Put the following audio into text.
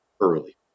early